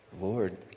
Lord